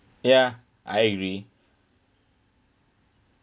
ya I agree